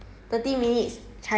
thirty minutes